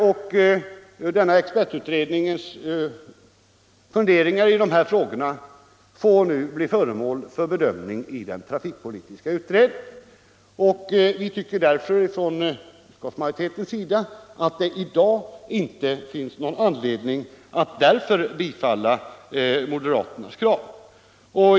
När nu denna expertutred Torsdagen den nings funderingar skall bedömas i den trafikpolitiska utredningen tycker 3 april 1975 vi från utskottsmajoritetens sida att det i dag inte finns någon anledning = att tillstyrka moderaternas krav.